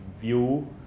view